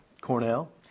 Cornell